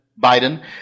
Biden